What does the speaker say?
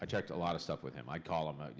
ah checked a lot of stuff with him. i'd call him. ah